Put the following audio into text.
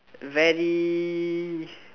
very